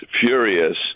furious